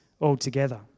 altogether